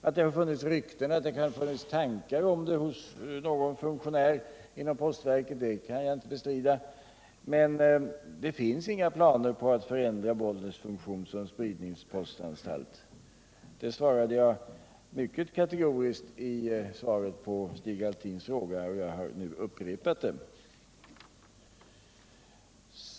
Att det kan ha funnits tankar om det hos någon funktionär inom postverket kan jag inte bestrida, men det finns alltså inga sådana planer. Det sade jag mycket kategoriskt i mitt svar på Stig Alftins interpellation, och jag har nu upprepat det.